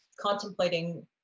contemplating